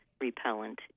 repellent